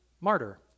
martyr